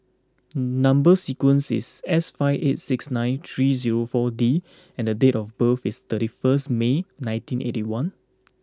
number sequence is S five eight six nine three zero four D and date of birth is thirty first May nineteen eighty one